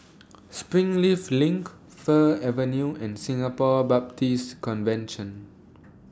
Springleaf LINK Fir Avenue and Singapore Baptist Convention